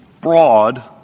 broad